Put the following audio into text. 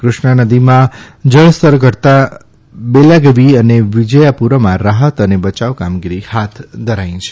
ફૃષ્ણાનદીમાં જળસ્તર ઘટતાં બેલાગવી અને વિજયપુરામાં રાહત અને બયાવ કામગીરી હાથ ધરાઇ છે